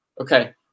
okay